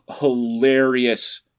hilarious